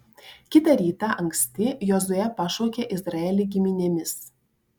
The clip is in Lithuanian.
kitą rytą anksti jozuė pašaukė izraelį giminėmis